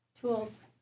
tools